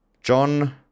John